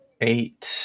eight